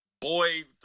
boy